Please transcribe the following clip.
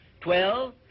Twelve